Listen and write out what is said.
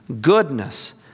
goodness